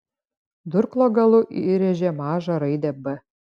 durklo galu įrėžė mažą raidę b